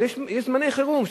אבל יש זמני חירום,